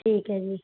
ਠੀਕ ਹੈ ਜੀ